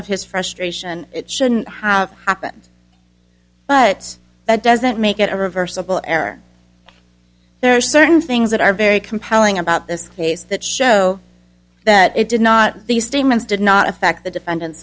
of his frustration it shouldn't have happened but that doesn't make it a reversible error there are certain things that are very compelling about this case that show that it did not these statements did not affect the defendant